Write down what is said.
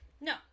No